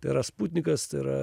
tai yra sputnikas tai yra